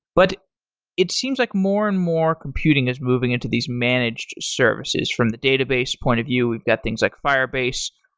but it seems like more and more computing is moving into these managed services. from the database point of view, we've got things like fire-based.